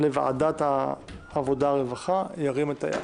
לוועדת העבודה, הרווחה והבריאות, ירים את ידו?